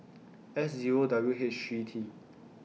S Zero W H three T